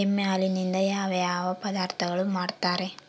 ಎಮ್ಮೆ ಹಾಲಿನಿಂದ ಯಾವ ಯಾವ ಪದಾರ್ಥಗಳು ಮಾಡ್ತಾರೆ?